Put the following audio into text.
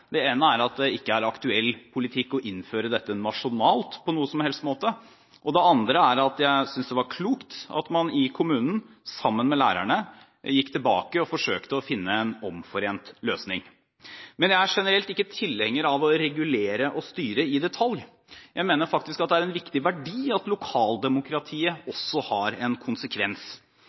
ene er at det ikke er en aktuell politikk å innføre dette nasjonalt på noen som helst måte, og det andre er at jeg synes det var klokt at man i kommunen, sammen med lærerne, gikk tilbake og forsøkte å finne en omforent løsning. Men jeg er generelt ikke tilhenger av å regulere og styre i detalj. Jeg mener faktisk at det er en viktig verdi at lokaldemokratiet også har en konsekvens.